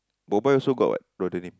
also got what raw denim